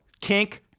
kink